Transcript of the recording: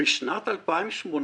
בשנת 2018,